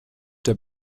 der